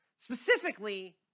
Specifically